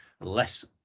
less